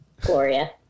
Gloria